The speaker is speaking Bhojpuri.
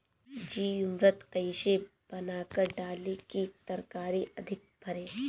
जीवमृत कईसे बनाकर डाली की तरकरी अधिक फरे?